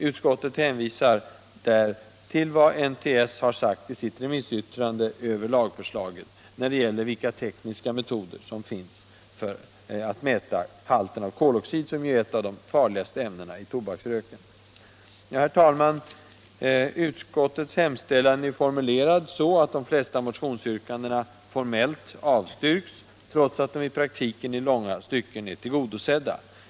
Utskottet hänvisar där till vad NTS har sagt i sitt remissyttrande över lagförslaget när det gäller vilka tekniska metoder som finns för att mäta halten av koloxid, som ju är ett av de farligaste ämnena i tobaksröken. Herr talman! Utskottets hemställan är formulerad så att de flesta motionsyrkandena formellt avstyrks, trots att de i praktiken i långa stycken är tillgodosedda.